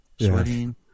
Sweating